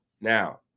Now